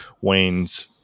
Wayne's